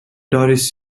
doris